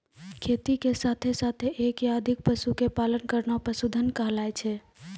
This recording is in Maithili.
खेती के साथॅ साथॅ एक या अधिक पशु के पालन करना पशुधन कहलाय छै